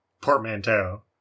portmanteau